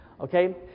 okay